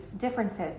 differences